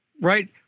Right